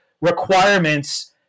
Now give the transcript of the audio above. requirements